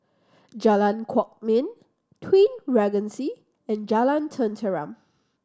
Jalan Kwok Min Twin Regency and Jalan Tenteram